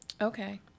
Okay